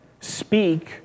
speak